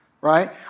Right